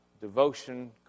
devotion